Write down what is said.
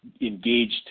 engaged